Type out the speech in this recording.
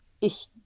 Ich